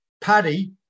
Paddy